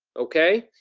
okay?